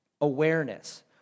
awareness